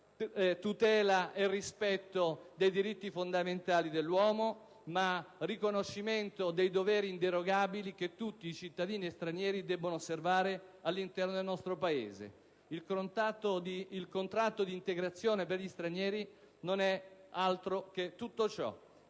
tutela e rispetto dei diritti fondamentali dell'uomo, ma anche riconoscimento dei doveri inderogabili che tutti i cittadini stranieri debbono osservare all'interno del nostro Paese. Il contratto d'integrazione per gli stranieri non è altro che tutto ciò.